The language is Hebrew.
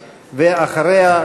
ואחריה,